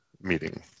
meeting